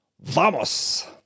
¡Vamos